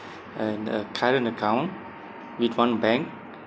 and a current account with one bank